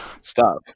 Stop